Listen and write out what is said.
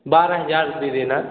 बारह हजार दे देना